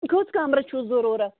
کٔژ کمرٕ چھُو ضروٗرت